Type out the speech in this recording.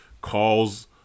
calls